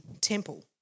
temple